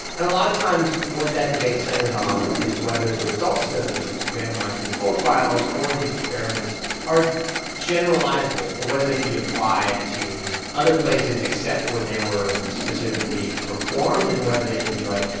and a lot of times, what that debate centers on is whether the results of randomized control trials or these experiments are generalizable, or whether they can be applied to other places except where they were specifically performed and whether they can be, like,